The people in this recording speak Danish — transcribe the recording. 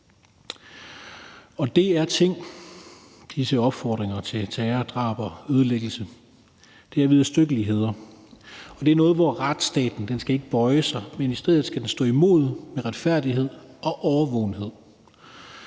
for tiden. Disse opfordringer til terror, drab og ødelæggelse er vederstyggeligheder, og det er et område, hvor retsstaten ikke skal bøje sig, men i stedet stå imod med retfærdighed og årvågenhed.